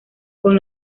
con